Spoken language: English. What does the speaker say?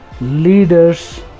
leaders